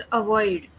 avoid